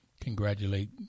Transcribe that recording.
congratulate